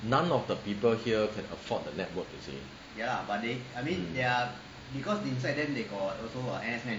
none of the people here can afford the network you see